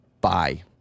Bye